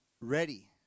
ready